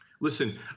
Listen